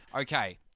okay